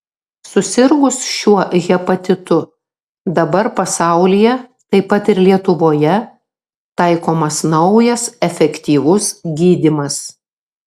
susirgus šiuo hepatitu dabar pasaulyje taip pat ir lietuvoje taikomas naujas efektyvus gydymas